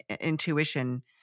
intuition